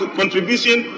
contribution